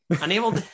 unable